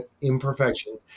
imperfection